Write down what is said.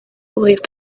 believed